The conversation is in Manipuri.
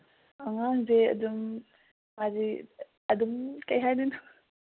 ꯑꯉꯥꯡꯁꯦ ꯑꯗꯨꯝ ꯃꯥꯁꯤ ꯑꯗꯨꯝ ꯀꯔꯤ ꯍꯥꯏꯗꯣꯏꯅꯣ